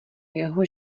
jeho